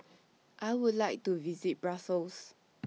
I Would like to visit Brussels